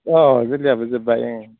अ गोरलैयाबो जोब्बाय ओं